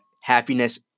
happiness